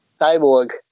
Cyborg